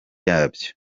yabyo